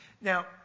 Now